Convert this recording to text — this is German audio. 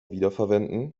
wiederverwenden